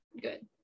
good